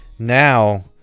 now